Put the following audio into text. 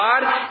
God